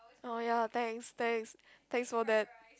oh ya thanks thanks thanks for that